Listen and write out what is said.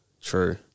True